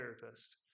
therapist